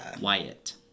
Wyatt